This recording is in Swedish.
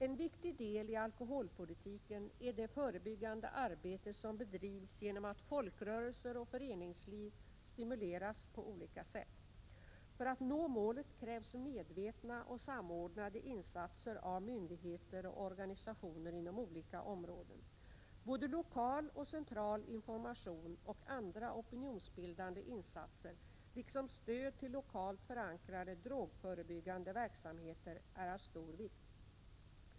En viktig del i alkoholpolitiken är det förebyggande arbete som bedrivs genom att folkrörelser och föreningsliv stimuleras på olika sätt. För att nå målet krävs medvetna och samordnade insatser av myndigheter och organisationer inom olika områden. Både lokal och central information och andra opinionsbildande insatser, liksom stöd till lokalt förankrade drogförebyggan de verksamheter, är av stor vikt.